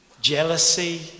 jealousy